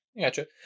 Gotcha